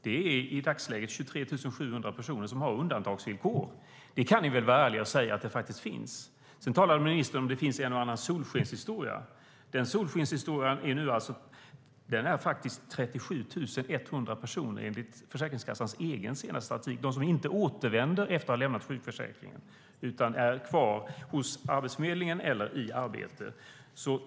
Det är i dagsläget 23 700 personer som har undantagsvillkor. Det kan ni väl vara ärliga och säga. Ministern talar om att det finns en och annan solskenshistoria. Solskenshistorierna omfattar nu 37 100 personer, enligt Försäkringskassans egen senaste statistik. Det är de som inte återvänder efter att ha lämnat sjukförsäkringen utan är kvar hos Arbetsförmedlingen eller i arbete.